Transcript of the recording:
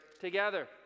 together